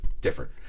different